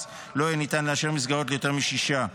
לא יהיה ניתן לאשר מסגרות ליותר משישה.